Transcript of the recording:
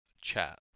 chat